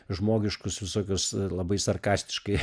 žmogiškus visokius labai sarkastiškai